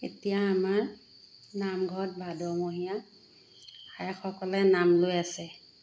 এতিয়া আমাৰ নামঘৰত ভাদমহীয়া আইসকলে নাম লৈ আছে